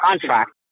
contract